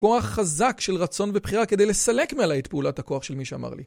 כוח חזק של רצון ובחירה כדי לסלק מעלי את פעולת הכוח של מי שאמר לי.